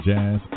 Jazz